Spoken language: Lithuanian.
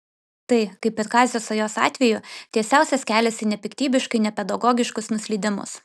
tai kaip ir kazio sajos atveju tiesiausias kelias į nepiktybiškai nepedagogiškus nuslydimus